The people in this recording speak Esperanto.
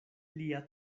lia